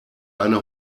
eine